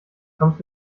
kommst